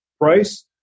price